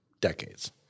decades